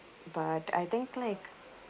but I think like